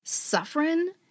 Suffering